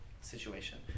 situation